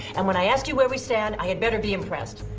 and when i ask you where we stand, i had better be impressed.